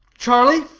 charlie,